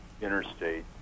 interstate